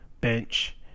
bench